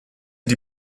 die